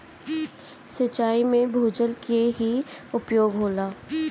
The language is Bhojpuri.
सिंचाई में भूजल क ही उपयोग होला